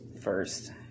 first